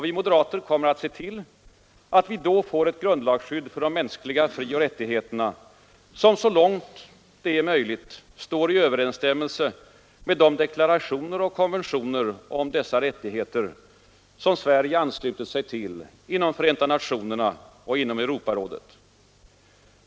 Vi moderater kommer att se till att vi då får ett grundlagsskydd för de mänskliga frioch rättigheterna som så långt det är möjligt står i överensstämmelse med de deklarationer och konventioner om dessa rättigheter som Sverige anslutit sig till inom ramen för Förenta nationerna och Europarådet.